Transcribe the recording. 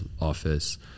office